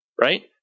right